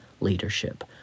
leadership